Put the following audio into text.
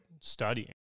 studying